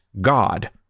God